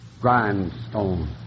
grindstone